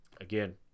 again